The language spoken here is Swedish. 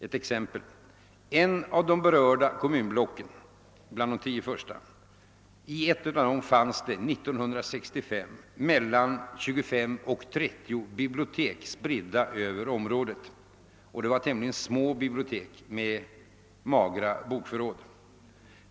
Ett exempel: I ett av de berörda kommunblocken fanns det 1965 mellan 25 och 30 bibliotek spridda över området — det var tämligen små bibliotek med magra bokförråd.